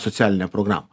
socialinę programą